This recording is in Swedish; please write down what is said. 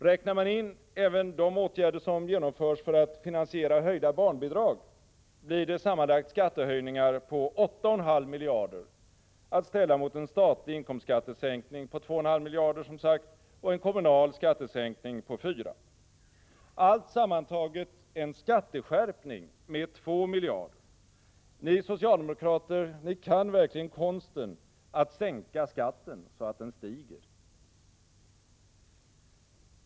Räknar man in även de åtgärder som genomförs för att finansiera höjda barnbidrag, blir det sammanlagt skattehöjningar på 8,5 miljarder — att ställa mot en statlig inkomstskattesänkning på 2,5 miljarder och en kommunal skattesänkning på 4 miljarder. Sammantaget blir det en skatteskärpning med 2 miljarder. Ni socialdemokrater kan verkligen konsten att sänka skatten så att den stiger.